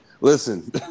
listen